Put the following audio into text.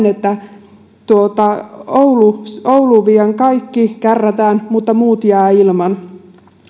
että ouluun viedään kaikki kärrätään mutta muut jäävät ilman